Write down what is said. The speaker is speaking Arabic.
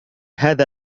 هذا